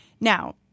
Now